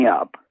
up